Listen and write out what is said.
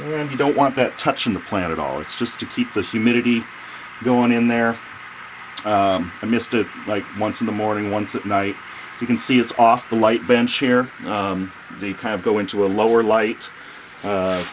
and you don't want that touching the plant at all it's just to keep the humidity going in there i missed it like once in the morning once that night you can see it's off the light then share the kind of go into a lower light